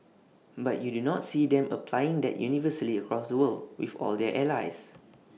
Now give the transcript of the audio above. but you do not see them applying that universally across the world with all their allies